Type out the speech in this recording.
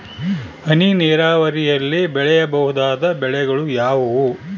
ಹನಿ ನೇರಾವರಿಯಲ್ಲಿ ಬೆಳೆಯಬಹುದಾದ ಬೆಳೆಗಳು ಯಾವುವು?